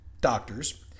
doctors